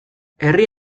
herri